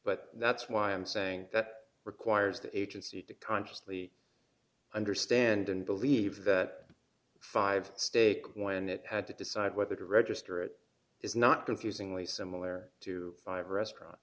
but that's why i'm saying that requires the agency to consciously understand and believe that five stake when it had to decide whether to register it is not confusingly similar to five restaurant